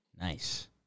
Nice